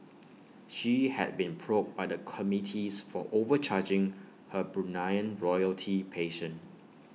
she had been probed by the committees for overcharging her Bruneian royalty patient